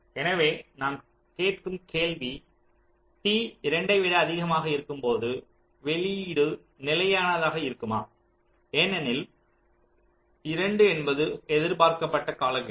எனவே நாம் கேட்கும் கேள்வி t 2 ஐ விட அதிகமாக இருக்கும் போது வெளியீடு நிலையானதாக இருக்குமா ஏனெனில் 2 என்பது எதிர்பார்க்கப்பட்ட காலக்கெடு